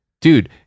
dude